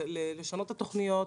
לשנות את התוכניות.